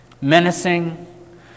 menacing